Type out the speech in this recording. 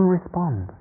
respond